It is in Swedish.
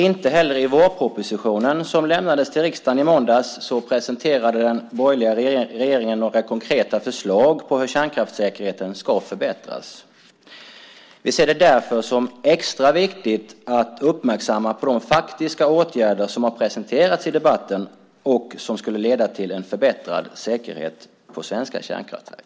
Inte heller i vårpropositionen som lämnades till riksdagen i måndags presenterade den borgerliga regeringen några konkreta förslag om hur kärnkraftssäkerheten ska förbättras. Vi ser det därför som extra viktigt att uppmärksamma de faktiska åtgärder som har presenterats i debatten och som skulle leda till en förbättrad säkerhet på svenska kärnkraftverk.